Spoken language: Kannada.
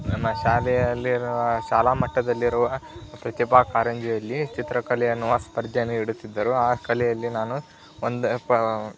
ನನ್ನ ಶಾಲೆಯಲ್ಲಿರುವ ಶಾಲಾ ಮಟ್ಟದಲ್ಲಿರುವ ಪ್ರತಿಭಾ ಕಾರಂಜಿಯಲ್ಲಿ ಚಿತ್ರಕಲೆ ಎನ್ನುವ ಸ್ಪರ್ಧೆಯನ್ನು ಇಡುತ್ತಿದ್ದರು ಆ ಕಲೆಯಲ್ಲಿ ನಾನು ಒಂದು ಪಾ